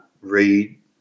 read